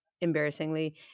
embarrassingly